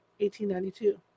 1892